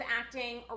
acting